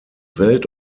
welt